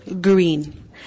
Green